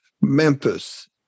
Memphis